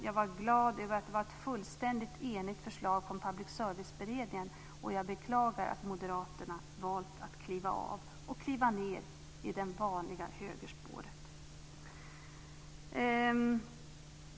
Jag var glad över att det var ett fullständigt enigt förslag från Public service-beredningen, och jag beklagar att moderaterna valt att kliva av och kliva ned i det vanliga högerspåret.